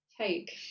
take